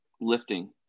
lifting